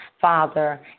Father